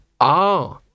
Ah